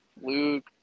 Luke